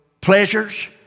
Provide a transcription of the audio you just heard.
pleasures